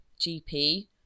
GP